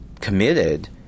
committed